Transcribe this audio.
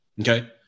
Okay